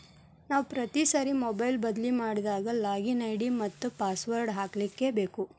ನಾವು ಪ್ರತಿ ಸಾರಿ ಮೊಬೈಲ್ ಬದ್ಲಿ ಮಾಡಿದಾಗ ಲಾಗಿನ್ ಐ.ಡಿ ಮತ್ತ ಪಾಸ್ವರ್ಡ್ ಹಾಕ್ಲಿಕ್ಕೇಬೇಕು